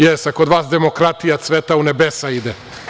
Jeste, a kod vas demokratija cveta u nebesa ide.